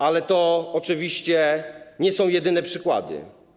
Ale to oczywiście nie są jedyne przykłady.